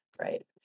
right